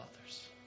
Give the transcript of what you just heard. others